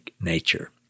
nature